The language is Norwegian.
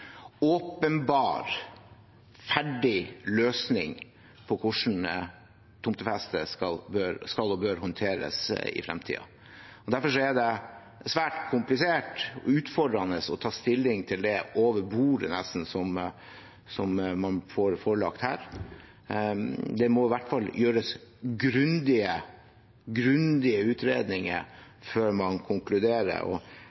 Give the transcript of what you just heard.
åpenbar, ferdig løsning på hvordan tomtefeste skal og bør håndteres i fremtiden. Derfor er det svært komplisert og utfordrende nesten over bordet å ta stilling til det som man får seg forelagt her. Det må i hvert fall gjøres grundige